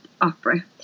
opera